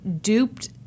duped